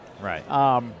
Right